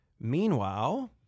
Meanwhile